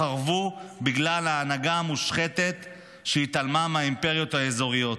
חרבו בגלל ההנהגה המושחתת שהתעלמה מהאימפריות האזוריות,